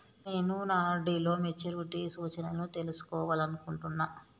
నేను నా ఆర్.డి లో నా మెచ్యూరిటీ సూచనలను తెలుసుకోవాలనుకుంటున్నా